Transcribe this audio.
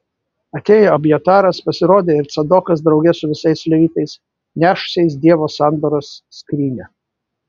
atėjo abjataras pasirodė ir cadokas drauge su visais levitais nešusiais dievo sandoros skrynią